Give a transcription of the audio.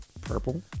Purple